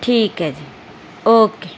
ਠੀਕ ਹੈ ਜੀ ਓਕੇ